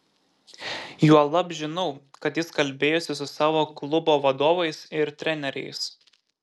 juolab žinau kad jis kalbėjosi su savo klubo vadovais ir treneriais